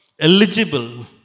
eligible